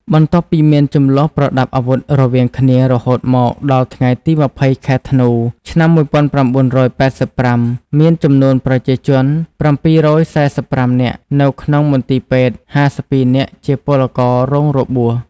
បន្ទាប់ពីមានជម្លោះប្រដាប់អាវុធរវាងគ្នា រហូតមកដល់ថ្ងៃទី ២០ ខែ ធ្នូ ឆ្នាំ ១៩៨៥ មានចំនួនប្រជាជន ៧៤៥នាក់នៅក្នុងមន្ទីពេទ្យ(៥២នាក់ជាពលកររងរបួស)។